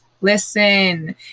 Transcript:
listen